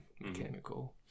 mechanical